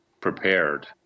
prepared